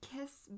Kiss